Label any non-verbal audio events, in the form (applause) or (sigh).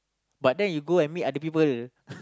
but then you go and meet other people (breath)